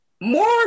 more